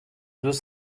deux